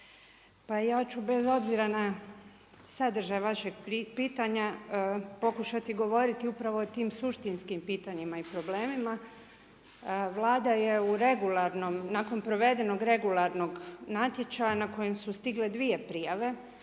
ja ću bez obzira na sadržaj vašeg pitanja pokušati govoriti upravo o tim suštinskim pitanjima i problemima. Vlada je u regularnom, nakon provedenog regularnog natječaja, na kojem su stigle 2 prijave.